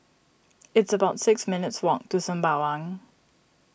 it's about six minutes' walk to Sembawang